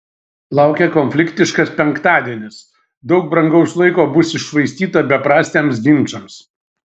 laukia konfliktiškas penktadienis daug brangaus laiko bus iššvaistyta beprasmiams ginčams